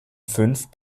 fünf